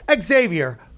Xavier